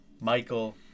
Michael